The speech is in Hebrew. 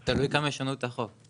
זה תלוי כמה ישנו את החוק.